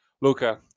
Luca